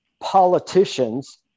politicians